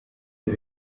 you